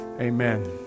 Amen